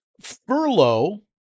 furlough